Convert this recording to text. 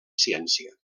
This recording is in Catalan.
ciència